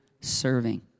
serving